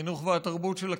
החינוך והתרבות של הכנסת,